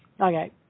Okay